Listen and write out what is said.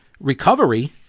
recovery